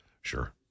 Sure